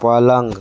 पलंग